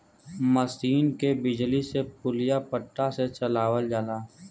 मसीन के बिजली से पुलिया पट्टा से चलावल जाला